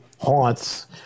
Haunts